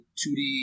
2d